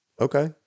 Okay